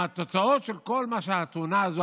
התוצאות של כל מה שהתאונה הזו,